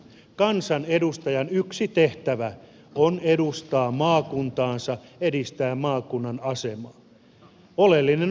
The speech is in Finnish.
kansanedustajan yksi tehtävä on edustaa maakuntaansa edistää maakunnan asemaa